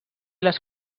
les